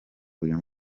uyu